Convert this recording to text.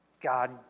God